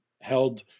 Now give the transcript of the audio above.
held